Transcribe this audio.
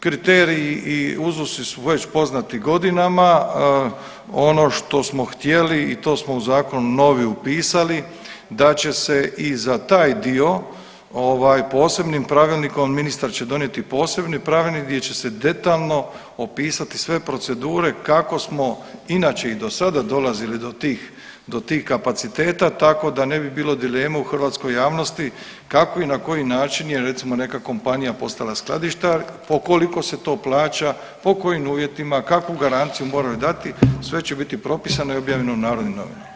Kriteriji i uzusi su već poznati godinama, ono što smo htjeli i to smo u zakon novi upisali da će se i za taj dio posebnim pravilnikom ministar će donijeti posebni pravilnik gdje će se detaljno opisati sve procedure kako smo inače i do sada dolazili do tih kapaciteta tako da ne bi bilo dileme u hrvatskoj javnosti kako i na koji način je recimo neka kompanija postala skladištar, po koliko se to plaća, po kojim uvjetima, kakvu garanciju moraju dati sve će biti propisano i objavljeno u Narodnim novinama.